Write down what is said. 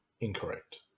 incorrect